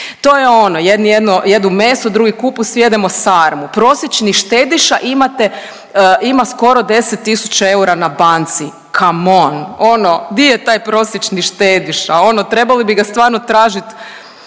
To je ono jedni jedu meso, drugi kupus, jedemo sarmu. Prosječni štediša imate, ima skoro 10 tisuća eura na banci, kamon, ono di je taj prosječni štediša, ono trebali bi ga stvarno tražit